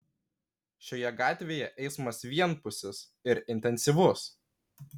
šioje gatvėje eismas vienpusis ir intensyvus